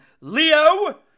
Leo